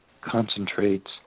concentrates